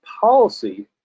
policy